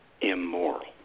immoral